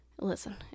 listen